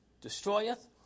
destroyeth